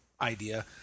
idea